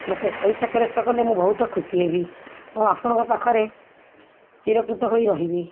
ମୋତେ ପଇସା ଫେରସ୍ତ କଲେ ମୁଁ ବହୁତ ଖୁସି ହେବି ମୁଁ ଆପଣଙ୍କ ପାଖରେ ଚିରକୃତ ହୋଇ ରହିବି